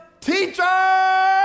Teacher